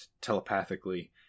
telepathically